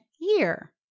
year